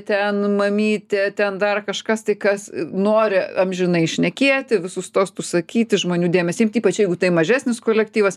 ten mamytė ten dar kažkas tai kas nori amžinai šnekėti visus tostus sakyti žmonių dėmesį imti ypač jeigu tai mažesnis kolektyvas